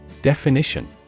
Definition